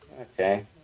okay